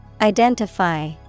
Identify